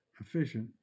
efficient